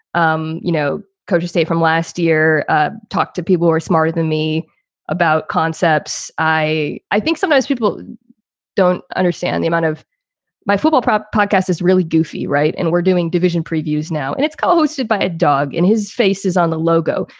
um you know, coaches say from last year, ah talk to people were smarter than me about concepts. i i think sometimes people don't understand the amount of my football podcast is really goofy. right. and we're doing division previews now, and it's called hosted by a dog. and his face is on the logo.